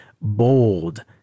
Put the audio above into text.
bold